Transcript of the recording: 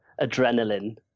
adrenaline